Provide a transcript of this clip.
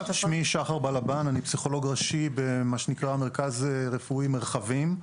אני פסיכולוג ראשי במה שנקרא מרכז רפואי מרחבים.